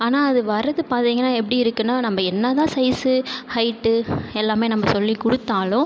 ஆனால் அது வரது பார்த்திங்கன்னா எப்படி இருக்குன்னா நம்ப என்னா தான் சைஸ் ஹைட் எல்லாமே நம்ப சொல்லி கொடுத்தாலும்